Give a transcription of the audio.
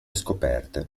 scoperte